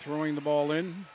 throwing the ball in